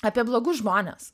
apie blogus žmones